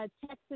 Texas